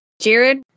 Jared